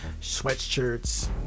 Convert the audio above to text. sweatshirts